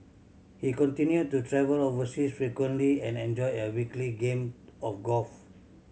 he continued to travel overseas frequently and enjoyed a weekly game of golf